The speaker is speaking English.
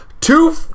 Two